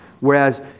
Whereas